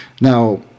Now